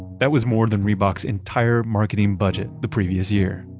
that was more than reebox's entire marketing budget the previous year.